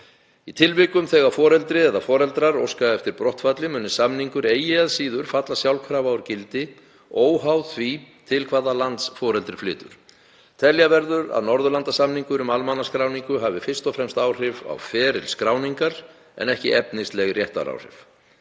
Í tilvikum þegar foreldri eða foreldrar óska ekki eftir brottfalli muni samningur eigi að síður falla sjálfkrafa úr gildi óháð því til hvaða lands foreldrið flytur. Telja verður að Norðurlandasamningur um almannaskráningu hafi fyrst og fremst áhrif á feril skráningar en ekki efnisleg réttaráhrif.